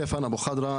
סטפן אבו חדרה,